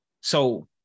So-